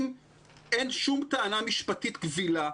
אם אין שום טענה משפטית קבילה,